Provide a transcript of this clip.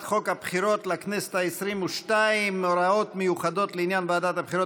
הבחירות לכנסת העשרים-ושתיים (הוראות מיוחדות לעניין ועדת הבחירות),